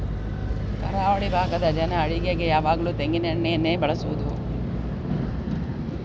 ಕರಾವಳಿ ಭಾಗದ ಜನ ಅಡಿಗೆಗೆ ಯಾವಾಗ್ಲೂ ತೆಂಗಿನ ಎಣ್ಣೆಯನ್ನೇ ಬಳಸುದು